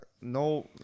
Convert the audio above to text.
No